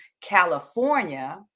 california